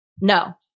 No